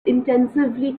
intensively